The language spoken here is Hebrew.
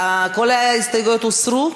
כל ההסתייגויות הוסרו?